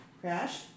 Crash